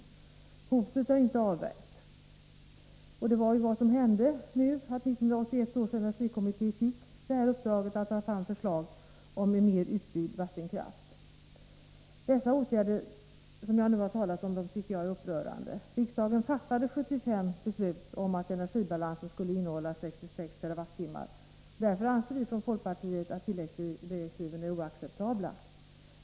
Hotet är inte avvärjt, och mycket riktigt fick 1981 års energikommitté i uppdrag att ta fram förslag om ytterligare utbyggd vattenkraft. De åtgärder jag här har talat om tycker jag är upprörande. Riksdagen fattade år 1975 beslut om att energibalansen skulle innehålla 66 TWh vattenkraft. Därför anser vi från folkpartiet att tilläggsdirektiven är oacceptabla.